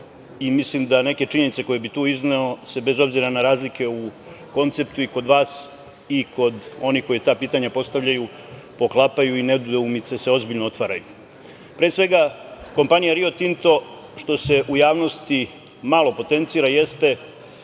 Mislim da neke činjenice koje bih tu izneo, se bez obzira na razlike u konceptu i kod vas i kod onih koji ta pitanja postavljaju poklapaju i nedoumice se ozbiljno otvaraju. Pre svega, kompanija „Rio Tinto“, što se u javnosti malo potencira, jeste